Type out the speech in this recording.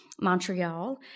Montreal